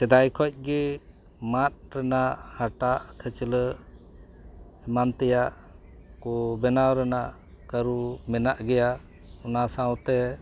ᱥᱮᱫᱟᱭ ᱠᱷᱚᱱᱜᱮ ᱢᱟᱫ ᱨᱮᱱᱟᱜ ᱦᱟᱴᱟᱜ ᱠᱷᱟᱹᱪᱞᱟᱹᱜ ᱮᱢᱟᱱ ᱛᱮᱭᱟᱜᱠᱚ ᱵᱮᱱᱟᱣ ᱨᱮᱱᱟᱜ ᱠᱟᱹᱨᱩ ᱢᱮᱱᱟᱜ ᱜᱮᱭᱟ ᱚᱱᱟ ᱥᱟᱶᱛᱮ